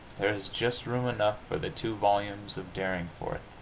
there is just room enough for the two volumes of derringforth,